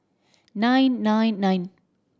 nine nine nine